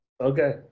Okay